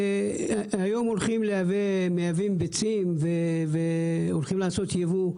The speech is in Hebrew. הזאת --- היום מייבאים ביצים והולכים לעשות יבוא.